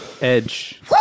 edge